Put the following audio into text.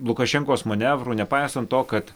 lukašenkos manevrų nepaisant to kad